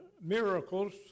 miracles